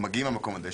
מגיעים למקום הזה,